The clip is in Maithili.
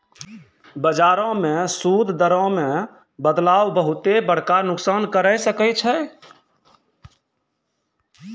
बजारो मे सूद दरो मे बदलाव बहुते बड़का नुकसान करै सकै छै